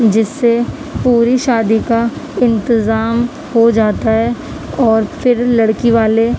جس سے پوری شادی کا انتظام ہو جاتا ہے اور پھر لڑکی والے